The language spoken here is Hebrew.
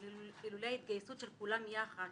אילולא התגייסות של כולם יחד,